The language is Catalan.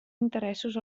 interessos